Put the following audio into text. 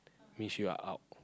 means you are out